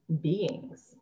beings